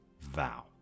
vow